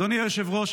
אדוני היושב-ראש,